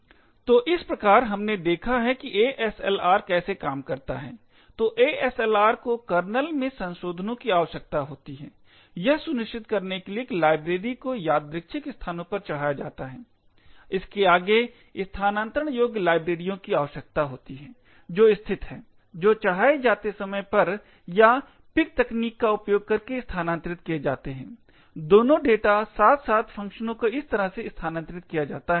तो इस प्रकार हमने देखा है कि ASLR कैसे काम करता है तो ASLR को कर्नेल में संशोधनों की आवश्यकता होती है यह सुनिश्चित करने के लिए कि लाइब्रेरी को यादृच्छिक स्थानों पर चढ़ाया जाता है इसके आगे स्थानान्तरण योग्य लाइब्रेरियों की आवश्यकता होती है जो स्थित हैं जो चढ़ाए जाते समय पर या PIC तकनीक का उपयोग करके स्थानांतरित किए जाते हैं दोनों डेटा साथ साथ फंक्शनों को इस तरह से स्थानांतरित किया जाता है